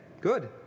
good